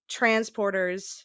transporters